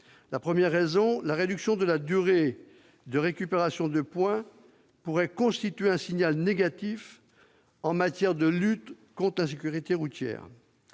La première est que la réduction de la durée de récupération de points pourrait constituer un signal négatif en matière de lutte contre l'insécurité routière.